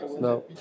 No